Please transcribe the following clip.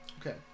Okay